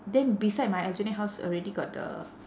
then beside my aljunied house already got the